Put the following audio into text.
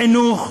לחינוך,